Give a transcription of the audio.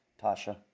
Tasha